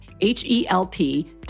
H-E-L-P